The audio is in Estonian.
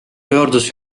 pöördus